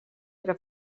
era